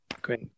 Great